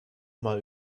mal